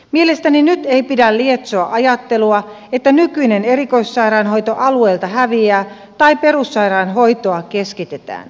mielestäni nyt ei pidä lietsoa ajattelua että nykyinen erikoissairaanhoito alueilta häviää tai perussairaanhoitoa keskitetään